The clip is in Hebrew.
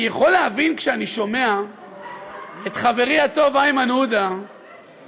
אני יכול להבין כשאני שומע את חברי הטוב איימן עודה וחבריו,